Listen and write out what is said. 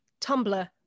tumblr